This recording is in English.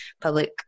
public